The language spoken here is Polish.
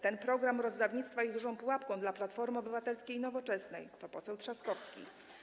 Ten program rozdawnictwa jest dużą pułapką dla Platformy Obywatelskiej i Nowoczesnej - to poseł Trzaskowski.